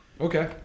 okay